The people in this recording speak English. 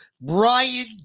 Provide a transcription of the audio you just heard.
Brian